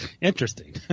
Interesting